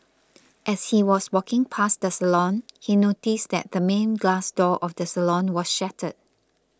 as he was walking past the salon he noticed that the main glass door of the salon was shattered